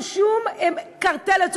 אז